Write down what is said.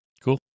Cool